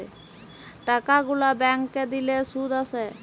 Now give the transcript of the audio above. টাকা গুলা ব্যাংকে দিলে শুধ আসে